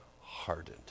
hardened